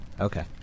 Okay